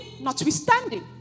notwithstanding